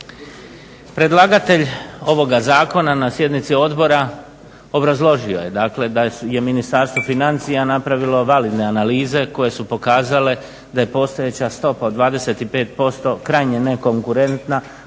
Predlagatelj ovoga zakona na sjednici odbora obrazložio je da je Ministarstvo financija napravilo validne analize koje su pokazale da je postojeća stopa od 25% krajnje nekonkurentna